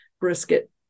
brisket